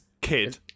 Kid